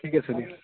ঠিক আছে দিয়া